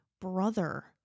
brother